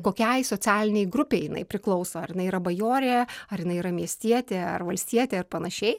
kokiai socialinei grupei jinai priklauso ar jinai yra bajorė ar jinai yra miestietė ar valstietė ir panašiai